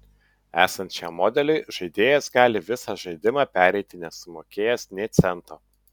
esant šiam modeliui žaidėjas gali visą žaidimą pereiti nesumokėjęs nė cento